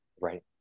right